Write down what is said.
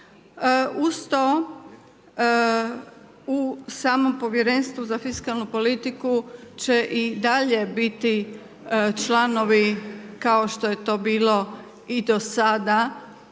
Uz to, u samom Povjerenstvu za fiskalnu politiku će i dalje biti članovi kao što je to bilo i do sada